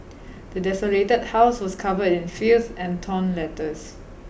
the desolated house was covered in filth and torn letters